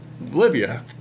libya